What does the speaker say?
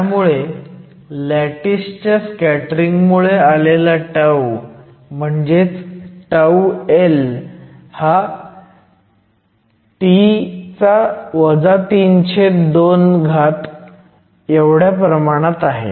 त्यामुळे लॅटिसच्या स्कॅटरिंग मुळे आलेला τ म्हणजेच τL हा T 32 च्या प्रमाणात आहे